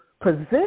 present